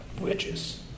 witches